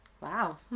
Wow